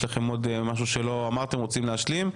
לכם עוד משהו שלא אמרתם ואתם רוצים להשלים.